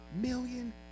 million